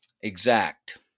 exact